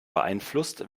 beeinflusst